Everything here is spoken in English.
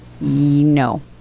No